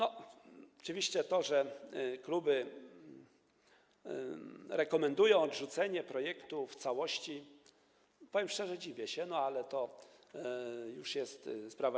Oczywiście temu, że kluby rekomendują odrzucenie projektu w całości, powiem szczerze, dziwię się, no ale to już jest inna sprawa.